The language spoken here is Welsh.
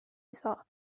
iddo